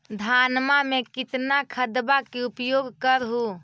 धानमा मे कितना खदबा के उपयोग कर हू?